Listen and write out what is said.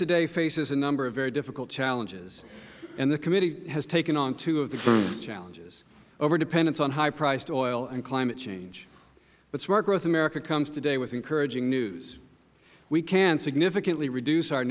today faces a number of very difficult challenges the committee has taken on two of the greatest challenges over dependence on high priced oil and climate change smart growth america comes today with encouraging news we can significantly reduce our